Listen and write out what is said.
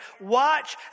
watch